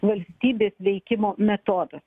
valstybės veikimo metodas